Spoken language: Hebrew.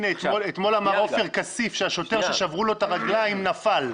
הנה אתמול אמר עופר כסיף שהשוטר ששברו לו את הרגליים נפל.